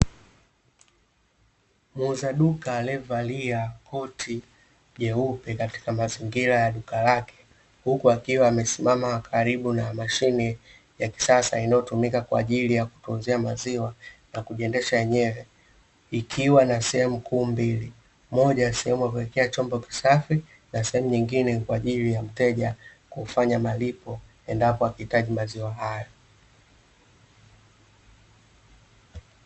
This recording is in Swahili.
Muuza duka aliyevalia koti jeupe katika mazingira ya duka lake, huku akiwa amesimama karibu na mashine ya kisasa inayotumika kwa ajili ya kuuzia maziwa na kujiendesha yenyewe, ikiwa na sehemu kuu mbili, moja sehemu ya kuwekea chombo kisafi na sehemu nyingine ni kwa ajili ya mteja kufanya malipo endapo akihitaji maziwa hayo.